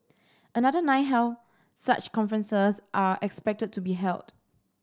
another nine such conferences are expected to be held